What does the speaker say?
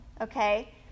okay